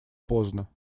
поздно